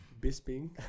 Bisping